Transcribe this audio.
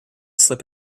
slip